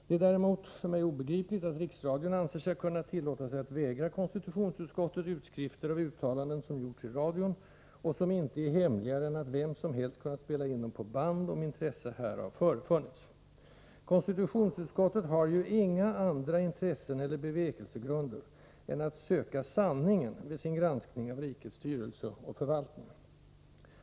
Det är däremot för mig obegripligt att Riksradion anser sig kunna tillåta sig att vägra konstitutionsutskottet utskrifter av uttalanden, som gjorts i radion, och som inte är hemligare än att vem som helst kunnat spela in dem på band, om intresse härav förefunnits. Konstitutionsutskottet har ju inga andra intressen eller bevekelsegrunder än att söka sanningen vid sin granskning av rikets styrelse och förvaltning.